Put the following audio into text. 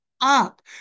up